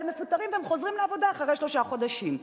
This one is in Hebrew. אבל הם מפוטרים והם חוזרים לעבודה אחרי שלושה חודשים.